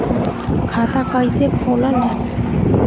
खाता कैसे खोलल जाला?